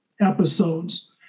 episodes